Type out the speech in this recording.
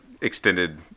extended